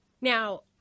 Now